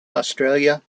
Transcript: australia